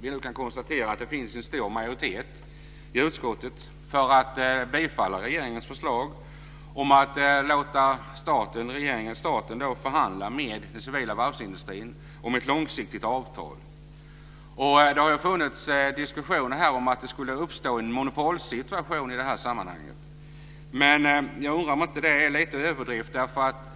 Vi kan nu konstatera att det finns en stor majoritet i utskottet för att bifalla regeringens förslag om att låta staten förhandla med den civila varvsindustrin om ett långsiktigt avtal. Det har funnits diskussioner om att det skulle uppstå en monopolsituation i det här sammanhanget. Men jag undrar om inte det är en liten överdrift.